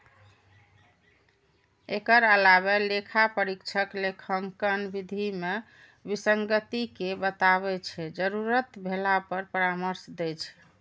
एकर अलावे लेखा परीक्षक लेखांकन विधि मे विसंगति कें बताबै छै, जरूरत भेला पर परामर्श दै छै